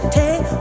take